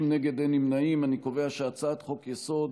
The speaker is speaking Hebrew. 30 נגד, אין נמנעים, אני קובע שהצעת חוק-יסוד: